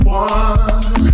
one